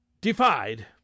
defied